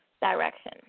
direction